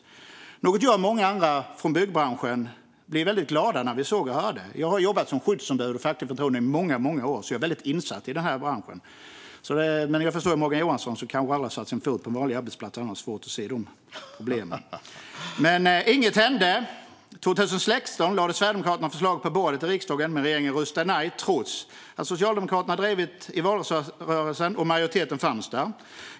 Det är något som jag och många andra från byggbranschen blev väldigt glada för när vi såg och hörde. Jag har jobbat som skyddsombud och facklig förtroendeman i många år, så jag är väldigt insatt i branschen. Men jag förstår om Morgan Johansson, som kanske aldrig har satt sin fot på en vanlig arbetsplats, har svårt att se de problemen. Inget hände. År 2016 lade Sverigedemokraterna fram förslag på bordet i riksdagen. Men regeringen röstade nej, trots att Socialdemokraterna drivit frågan i valrörelsen och majoriteten fanns där.